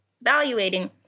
evaluating